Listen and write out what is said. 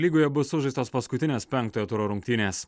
lygoje bus sužaistos paskutinės penktojo turo rungtynės